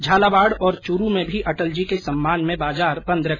झालावाड़ और चूरू में भी अटल जी के सम्मान में बाजार बंद रहे